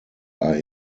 are